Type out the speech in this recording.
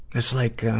it's like,